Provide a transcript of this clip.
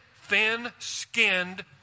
thin-skinned